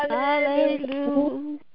hallelujah